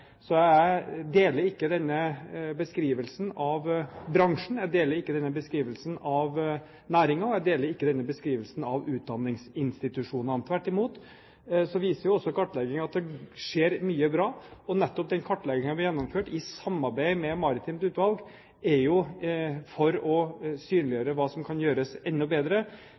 Så jeg deler ikke denne beskrivelsen av bransjen. Jeg deler ikke denne beskrivelsen av næringen, og jeg deler ikke denne beskrivelsen av utdanningsinstitusjonene. Tvert imot, kartleggingen viser jo også at det skjer mye bra, og den kartleggingen vi har gjennomført i samarbeid med maritimt utvalg, er jo nettopp for å synliggjøre hva som kan gjøres enda bedre.